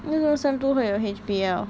为什么 sem two 会有 H_B_L